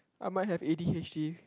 I might have A_D_H_D